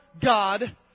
God